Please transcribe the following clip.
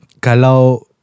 kalau